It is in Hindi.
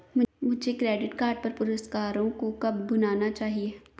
मुझे क्रेडिट कार्ड पर पुरस्कारों को कब भुनाना चाहिए?